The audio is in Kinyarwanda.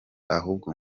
ahubwo